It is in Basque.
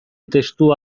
testua